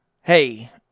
hey